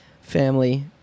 family